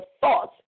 thoughts